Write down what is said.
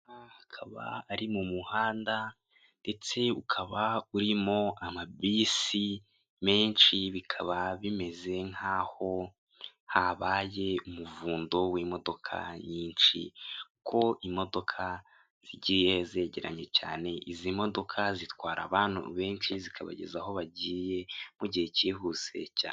Akaba ari mu muhanda ndetse ukaba urimo ama bisi menshi bikaba bimeze nk'aho habaye umuvundo w'imodoka nyinshi, ko imodoka zigiye zegeranye cyane izi modoka zitwara abantu benshi zikabageza aho bagiye mu mugihe cyihuse cyane.